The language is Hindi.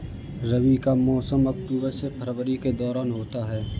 रबी का मौसम अक्टूबर से फरवरी के दौरान होता है